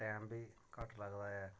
time बी घट्ट लगदा ऐ